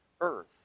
earth